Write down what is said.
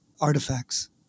artifacts